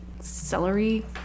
celery